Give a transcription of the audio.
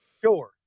Sure